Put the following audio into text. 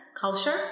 culture